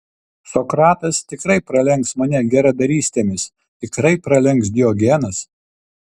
sokratas tikrai pralenks mane geradarystėmis tikrai pralenks diogenas